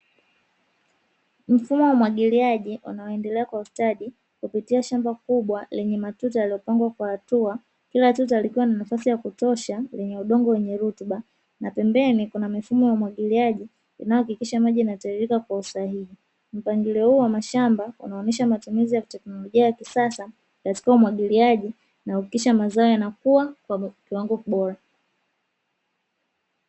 Mfumo wa umwagiliaji unaondelea kwa ustadi kupitia shamba kubwa lenye matuta yaliyopangwa kwa hatua. Kila tuta likiwa na nafasi ya kutosha lenye udongo wenye rutua, na pembeni kuna mifumo ya umwagiliaji inayohakikisha maji yanatiririka kwa usahihi. Mpangilio huu wa mashamba unaonyesha matumizi ya teknolojia ya kisasa katika umwagiliaji na kuhakikisha mazao yanakua kwa kiwango bora.